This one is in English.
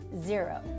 zero